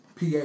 PA